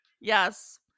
yes